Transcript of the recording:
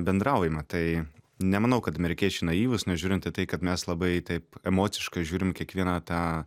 bendraujama tai nemanau kad amerikiečiai naivūs nežiūrint į tai kad mes labai taip emociškai žiūrim į kiekvieną tą